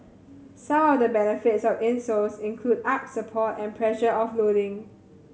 some of the benefits of insoles include arch support and pressure offloading